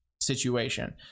situation